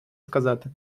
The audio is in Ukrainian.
сказати